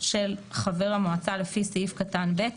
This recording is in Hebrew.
של חבר המועצה לפי סעיף קטן (ב),